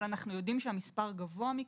אבל אנחנו יודעים שהמספר גבוה מכך,